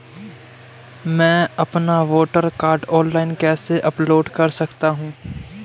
मैं अपना voter card online कैसे अपलोड कर सकता हूँ?